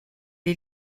est